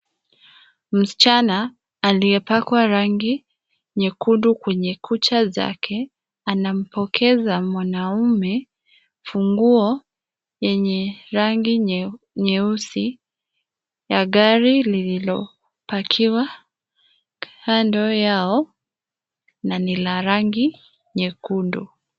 Msichana aliyepakwa rangi nyekundu kwenye kucha zake, anampokeza mwanaume funguo yenye rangi nyeusi ya gari lililopakiwa kando yao na ni la rangi nyekundu.